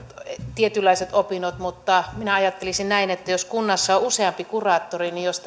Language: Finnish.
tietynlaiset opinnot mutta minä ajattelisin näin että jos kunnassa on useampi kuraattori niin jos